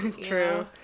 true